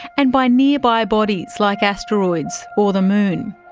and by nearby bodies like asteroids or the moon.